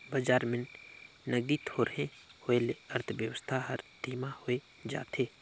बजार में नगदी थोरहें होए ले अर्थबेवस्था हर धीमा होए जाथे